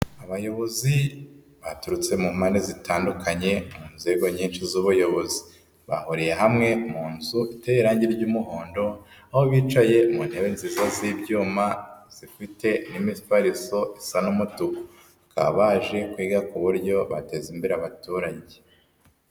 Abayobozi baturutse mu mpande zitandukanye, mu nzego nyinshi z'ubuyobozi. Bahuriye hamwe mu nzu iteye irange ry'umuhondo. Aho bicaye mu ntebe nziza z'ibyuma zifite n'imifariso isa n'umutukuka. Bakaba baje kwiga ku buryo bateza imbere abaturage.